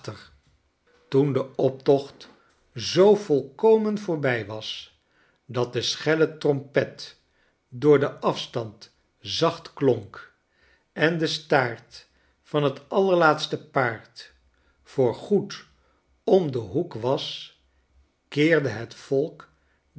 toen de optocht zoo volkomen voorbij was dat de schelle trompet door den afstand zacht klonk en de staart van het allerlaatste paard voorgoed om den hoek was keerde het volk